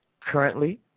Currently